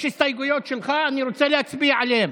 יש הסתייגויות שלך, אני רוצה להצביע עליהן.